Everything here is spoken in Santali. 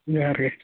ᱡᱚᱦᱟᱨ ᱜᱮ